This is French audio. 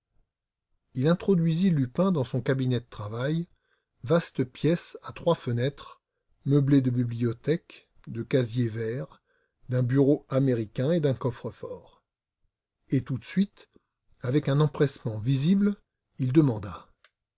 il introduisit lupin dans son cabinet de travail vaste pièce à trois fenêtres meublée de bibliothèques de casiers verts d'un bureau américain et d'un coffre-fort et tout de suite avec un empressement visible il demanda